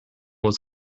was